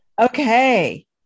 okay